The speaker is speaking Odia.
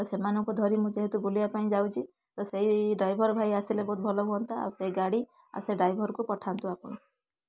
ତ ସେମାନଙ୍କୁ ଧରି ମୁଁ ଯେହେତୁ ବୁଲିବା ପାଇଁ ଯାଉଛି ତ ସେଇ ଡ୍ରାଇଭର ଭାଇ ଆସିଲେ ବହୁତ ଭଲ ହୁଅନ୍ତା ଆଉ ସେ ଗାଡ଼ି ଆଉ ସେ ଡ୍ରାଇଭରକୁ ପଠାନ୍ତୁ ଆପଣ